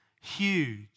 huge